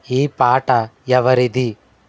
ఈ పాట ఎవరిది